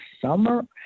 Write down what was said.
summer